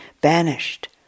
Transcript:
banished